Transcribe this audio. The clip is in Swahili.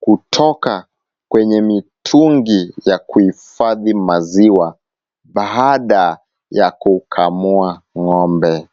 kutoka kwenye mitungi ya kuhifadhi maziwa baada ya kukamua ng'ombe.